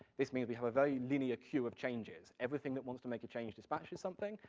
this means we have a very linear queue of changes. everything that wants to make a change dispatches something,